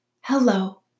Hello